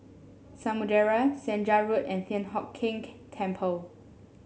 Samudera Senja Road and Thian Hock Keng Temple